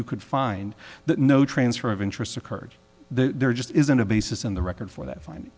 you could find that no transfer of interest occurred there just isn't a basis in the record for that fin